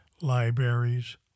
libraries